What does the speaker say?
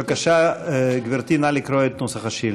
בבקשה, גברתי, נא לקרוא את נוסח השאילתה.